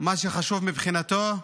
מה שחשוב מבחינתו,